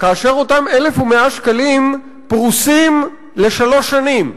כאשר אותם 1,100 שקלים פרוסים לשלוש שנים.